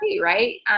right